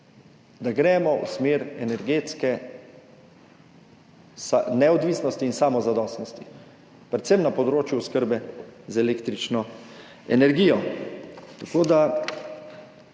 da gremo v smer energetske neodvisnosti in samozadostnosti, predvsem na področju oskrbe z električno energijo.